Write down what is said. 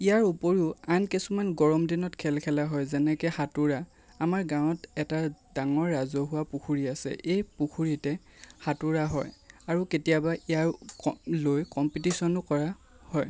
ইয়াৰ উপৰিও গৰম দিনত আন কিছুমান খেল খেলা হয় যেনে সাঁতোৰা আমাৰ গাঁৱত এটা বৰ ডাঙৰ ৰাজহুৱা পুখুৰী আছে এই পুখুৰীতে সাঁতোৰা হয় আৰু কেতিয়াবা ইয়াত কম্পিটিচনো কৰা হয়